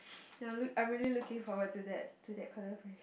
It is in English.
ya I'm I'm really looking forward to that to that collaboration